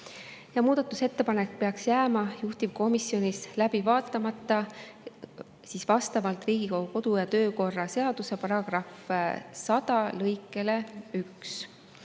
Muudatusettepanek peaks jääma juhtivkomisjonis läbi vaatamata vastavalt Riigikogu kodu- ja töökorra seaduse § 100 lõikele 1.